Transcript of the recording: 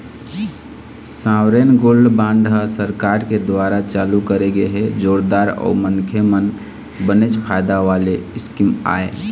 sovereign gold bond ह सरकार के दुवारा चालू करे गे जोरदार अउ मनखे मन बनेच फायदा वाले स्कीम आय